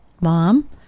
mom